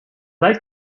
like